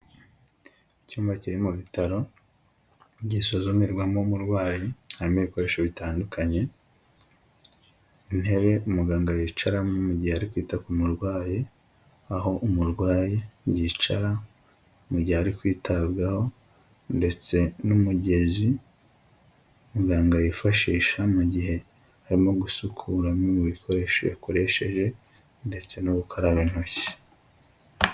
Icyuyuma kiri mu bitaro gisuzumirwamo umurwayi, harimo ibikoresho bitandukanye: intebe umuganga yicaramo mu gihe ari kwita ku murwayi, aho umurwayi yicara mu gihe ari kwitabwaho ndetse n'umugezi muganga yifashisha mu gihe arimo gusukura bimwe mu imikoresho yakoresheje ndetse no gukaraba intoki.